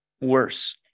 worse